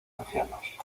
ancianos